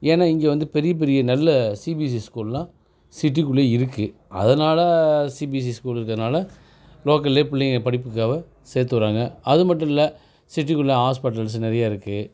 ஏன்னால் இங்கே வந்து பெரிய பெரிய நல்ல சிபிஎஸ்இ ஸ்கூலெலாம் சிட்டிக்குள்ளே இருக்குது அதனால சிபிஎஸ்இ ஸ்கூல் இருக்கிறதுனால லோக்கலிலே பிள்ளைங்க படிப்புக்காகவ சேர்த்து விர்றாங்க அது மட்டுமல்ல சிட்டிக்குள்ளே ஹாஸ்பிடல்ஸ் நிறையாருக்கு